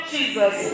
Jesus